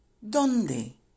dónde